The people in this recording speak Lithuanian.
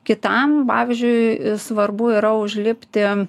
kitam pavyzdžiui svarbu yra užlipti